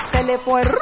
Telephone